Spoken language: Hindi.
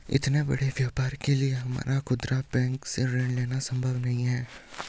इतने बड़े व्यापार के लिए हमारा खुदरा बैंक से ऋण लेना सम्भव नहीं है